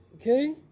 okay